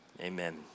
Amen